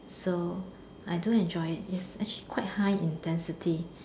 so I do enjoy it has actually quite high intensity